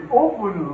open